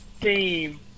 team